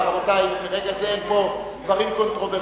רבותי, מרגע זה אין פה דברים קונטרוברסליים.